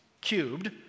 cubed